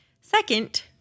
Second